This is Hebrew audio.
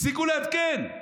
הפסיקו לעדכן.